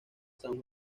san